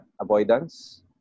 avoidance